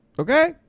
okay